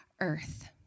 earth